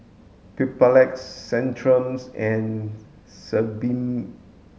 Papulex Centrum's and Sebamed